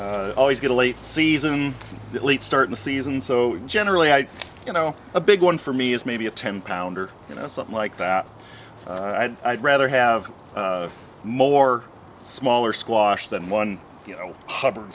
i always get a late season late start the season so generally i you know a big one for me is maybe a ten pounder you know something like that i'd i'd rather have more smaller squash than one you know hubbard